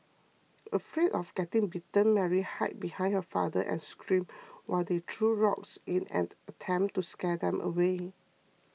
afraid of getting bitten Mary hid behind her father and screamed while he threw rocks in an attempt to scare them away